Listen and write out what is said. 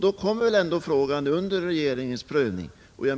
Då kommer väl i alla fall frågan under regeringens prövning.